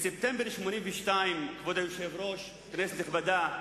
בספטמבר 1982, כבוד היושב-ראש, כנסת נכבדה,